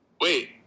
Wait